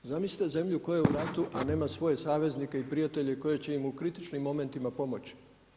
Zamislite zemlju koja je u ratu, a nema svoje saveznike i prijatelje koji će im u kritičnim momentima pomoći.